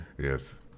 Yes